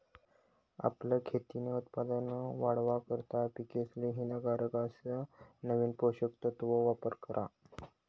आपलं खेतीन उत्पन वाढावा करता पिकेसले हितकारक अस नवीन पोषक तत्वन वापर करा